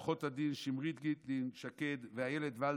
עו"ד שמרית גיטלין שקד ועו"ד אילת וולברג,